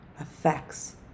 affects